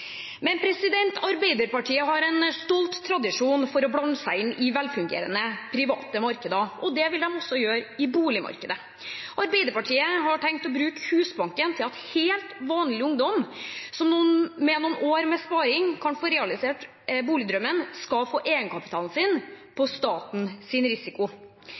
Men Arbeiderpartiet har en stolt tradisjon for å blande seg inn i velfungerende private markeder, og det vil de også gjøre i boligmarkedet. Arbeiderpartiet har tenkt å bruke Husbanken slik at helt vanlig ungdom, som med noen år med sparing kan få realisert boligdrømmen, skal få egenkapitalen sin på statens risiko. Får Arbeiderpartiet viljen sin,